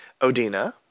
Odina